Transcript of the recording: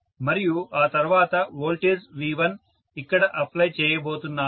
మరియు ఆ తర్వాత వోల్టేజ్ V1 ఇక్కడ అప్లై చేయబోతున్నాను